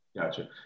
Gotcha